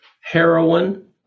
heroin